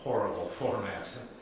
horrible format.